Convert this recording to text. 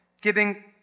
giving